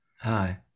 Hi